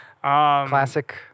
Classic